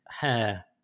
hair